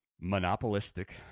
monopolistic